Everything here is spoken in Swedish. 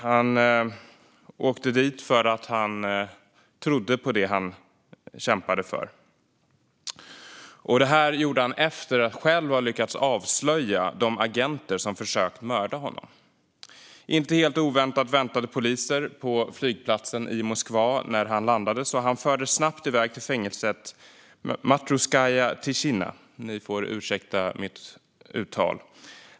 Han åkte dit för att han tror på det han kämpar för, och det gjorde han efter att själv ha lyckats avslöja de agenter som försökt mörda honom. Inte helt oväntat väntade poliser på flygplatsen i Moskva när han landade, och han fördes snabbt iväg till fängelset Matrosskaya Tishina - ni får ursäkta mitt uttal.